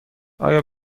آیا